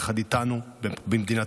יחד איתנו במדינתם,